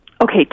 Okay